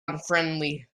unfriendly